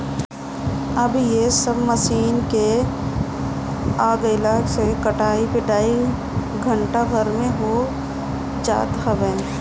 अब इ सब मशीन के आगइला से कटाई पिटाई घंटा भर में हो जात हवे